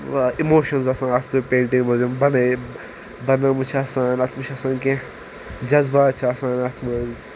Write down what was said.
emotions آسان اتھ painting منٛز ییٚمۍ بنیٚیِم بنٲومژ چھ آسان اتھ منٛز چھ آسان کینہہ جزبات چھ آسان اتھ منٛز